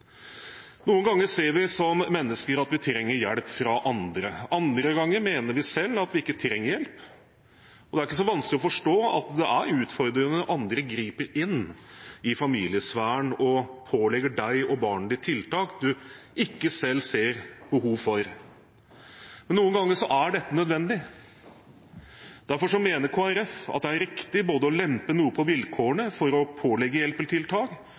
Noen ganger ser vi som mennesker at vi trenger hjelp fra andre. Andre ganger mener vi selv at vi ikke trenger hjelp. Det er ikke så vanskelig å forstå at det er utfordrende når andre griper inn i familiesfæren og pålegger deg og barnet ditt tiltak du ikke selv ser behov for. Men noen ganger er dette nødvendig. Derfor mener Kristelig Folkeparti at det er riktig både å lempe noe på vilkårene for å pålegge